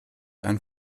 ein